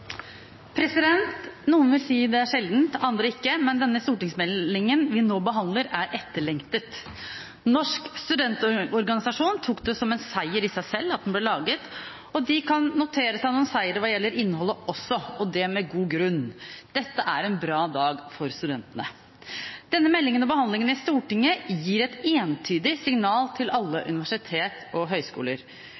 andre ikke, men denne stortingsmeldingen vi nå behandler, er etterlengtet. Norsk studentorganisasjon tok det som en seier i seg selv at den ble laget. De kan også notere seg noen seire når det gjelder innholdet, og med god grunn. Dette er en bra dag for studentene. Denne meldingen og behandlingen i Stortinget gir et entydig signal til alle